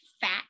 fat